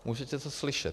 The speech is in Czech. Můžete to slyšet.